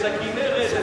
את הכינרת,